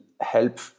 help